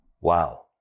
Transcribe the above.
Wow